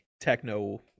techno-